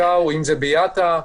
או ביאט"א,